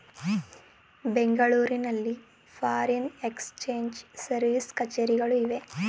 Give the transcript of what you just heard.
ಬೆಂಗಳೂರಿನಲ್ಲಿ foreign exchange service ಕಛೇರಿಗಳು ಇವೆ